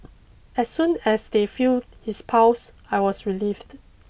as soon as they feel his pulse I was relieved